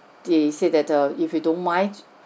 they said that err if you don't mind